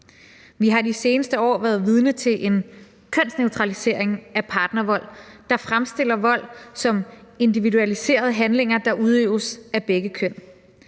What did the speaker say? Vi har i de seneste år været vidne til en kønsneutralisering af partnervold, der fremstiller vold som individualiserede handlinger, der udøves af begge køn.